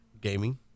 Gaming